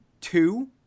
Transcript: two